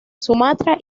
sumatra